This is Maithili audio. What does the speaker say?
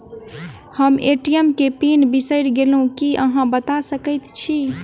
हम ए.टी.एम केँ पिन बिसईर गेलू की अहाँ बता सकैत छी?